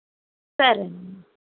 సరే అమ్మా